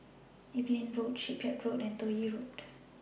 Evelyn Road Shipyard Road and Toh Yi Road